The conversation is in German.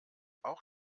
auch